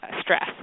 stress